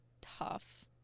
tough